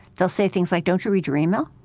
they'll say things like, don't you read your email?